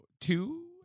Two